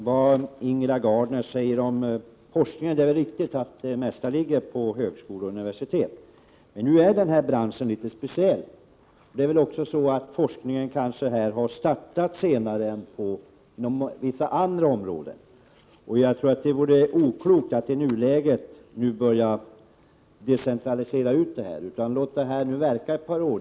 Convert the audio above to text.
Herr talman! Det är väl riktigt att den mesta grundforskningen ligger på högskolor och universitet. Men byggbranschen är litet speciell. Forskningen där har kanske också startat litet senare än inom vissa andra områden. Jag tror att det vore oklokt att i nuläget decentralisera den forskningen. Låt det hela fungera ett par år.